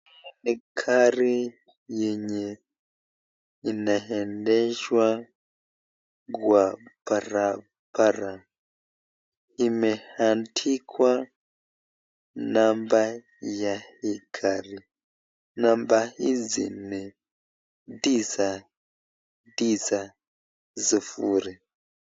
Ni gari yenye inaendeshwa kwa barabara. Imeandikwa namba ya hii gari. Namaba hizi ni tisa, tisa, sufuri.